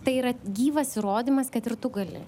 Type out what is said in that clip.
tai yra gyvas įrodymas kad ir tu gali